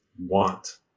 want